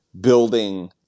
building